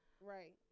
Right